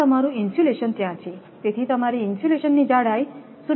આ તમારું ઇન્સ્યુલેશન ત્યાં છેતેથી તમારી ઇન્સ્યુલેશનની જાડાઈ 0